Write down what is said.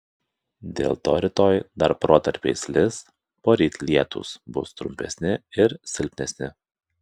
dėl to rytoj dar protarpiais lis poryt lietūs bus trumpesni ir silpnesni